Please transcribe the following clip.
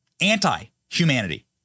anti-humanity